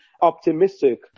optimistic